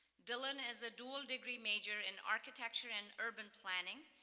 dylan is a duel-degree major in architecture and urban planning.